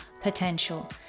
potential